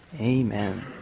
Amen